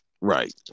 Right